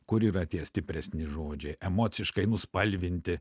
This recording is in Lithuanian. kur yra tie stipresni žodžiai emociškai nuspalvinti